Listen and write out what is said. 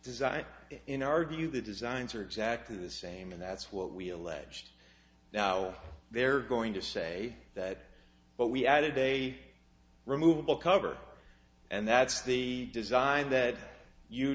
design in our view the designs are exactly the same and that's what we alleged now they're going to say that but we added a removable cover and that's the design that you